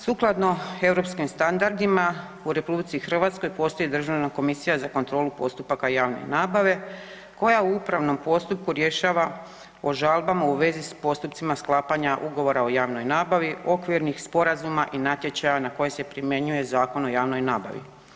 Sukladno europskim standardima u Republici Hrvatskoj postoji Državna komisija za kontrolu postupaka javne nabave koja u upravnom postupku rješava u žalbama u vezi s postupcima sklapanja ugovora o javnoj nabavi, okvirnih sporazuma i natječaja na koje se primjenjuje Zakon o javnoj nabavi.